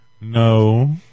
No